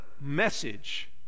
message